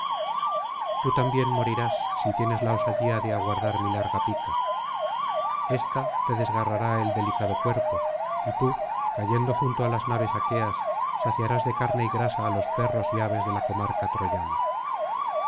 tú también morirás si tienes la osadía de aguardar mi larga pica ésta te desgarrará el delicado cuerpo y tú cayendo junto á las naves aqueas saciarás de carne y grasa á los perros y aves de la comarca troyana